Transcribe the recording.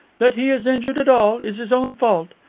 that he is injured at all is his own fault.